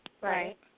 Right